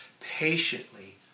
patiently